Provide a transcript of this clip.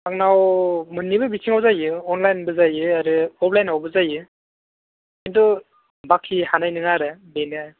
आंनाव मोन्नैबो बिथिंआव जायो अनलाइनबो जायो आरो अफलाइनावबो जायो खिन्थु बाखि हानाय नङा आरो बेनो